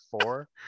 four